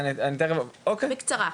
בקצרה.